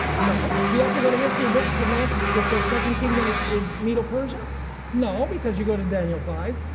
no. do you have to go to history books to know that the second kingdom is is medo persia? no because you go to daniel five.